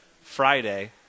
Friday